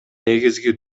негизги